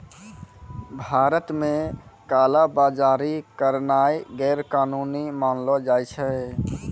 भारत मे काला बजारी करनाय गैरकानूनी मानलो जाय छै